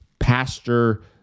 pastor